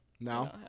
no